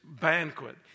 banquet